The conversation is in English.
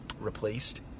replaced